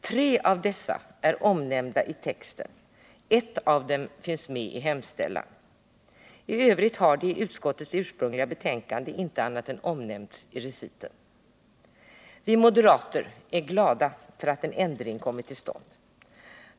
Tre av dessa är omnämnda i texten, och ett av dem finns med i den ursprungliga hemställan. I övrigt har de i skatteutskottets betänkande inte annat än omnämnts i reciten. Vi moderater är glada för att en ändring kommit till stånd.